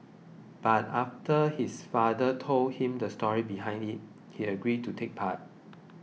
but after his father told him the story behind it he agreed to take part